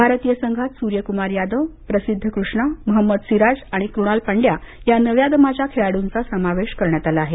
भारतीय संघात सूर्यक्मार यादव प्रसिद्ध कृष्णा महंमद सिराज आणि कृणाल पंड्या या नव्या दमाच्या खेळाडूंचा समावेश करण्यात आला आहे